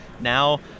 now